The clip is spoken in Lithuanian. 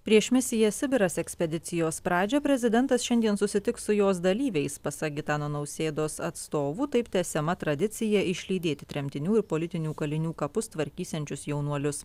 prieš misija sibiras ekspedicijos pradžią prezidentas šiandien susitiks su jos dalyviais pasak gitano nausėdos atstovų taip tęsiama tradicija išlydėti tremtinių ir politinių kalinių kapus tvarkysiančius jaunuolius